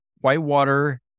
Whitewater